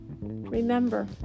Remember